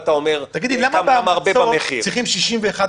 ודאי לא עשתה